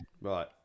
Right